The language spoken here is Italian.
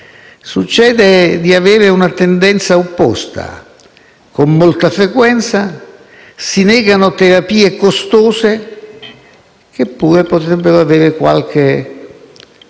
succede di avere una tendenza opposta: con molta frequenza si negano terapie costose che pure potrebbero avere qualche